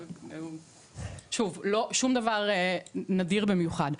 ולא שום דבר נדיר במיוחד.